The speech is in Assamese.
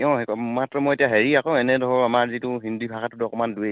অ মাহটো মই এতিয়া হেৰি আকৌ এনে ধৰক আমাৰ যিটো হিন্দী ভাষাটোত অকণমান দুই